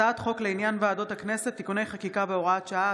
הצעת חוק לעניין ועדות הכנסת (תיקוני חקיקה והוראת שעה),